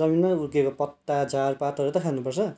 जमिनमा उब्जेको पत्ता झारपातहरू त खानु पर्छ